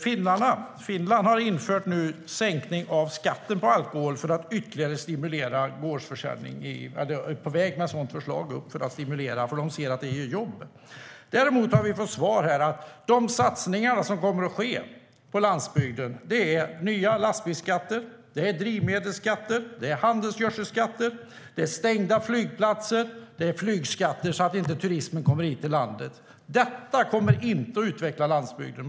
Finland har infört en sänkning av skatten på alkohol för att ytterligare stimulera gårdsförsäljning - eller man är på väg med ett sådant förslag - eftersom man ser att det ger jobb. Vi däremot har fått svar här att de satsningar som kommer att ske på landsbygden är nya lastbilsskatter, drivmedelsskatter, handelsgödselskatter, stängda flygplatser och flygskatter så att inte turismen kommer hit till landet. Detta kommer inte att utveckla landsbygden.